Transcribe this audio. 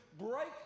break